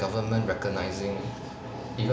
government recognising even